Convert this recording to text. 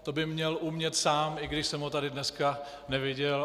To by měl umět sám, i když jsem ho tady dneska neviděl.